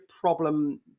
problem